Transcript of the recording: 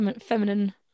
feminine